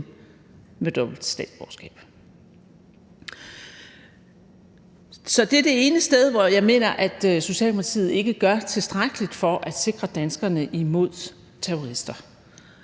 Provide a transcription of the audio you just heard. med dobbelt statsborgerskab. Det er det ene sted, hvor jeg mener at Socialdemokratiet ikke gør tilstrækkeligt for at sikre danskerne imod terrorister.